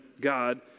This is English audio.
God